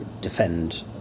defend